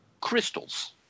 Crystals